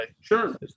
Sure